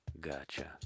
Gotcha